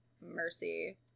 mercy